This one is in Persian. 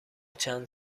چند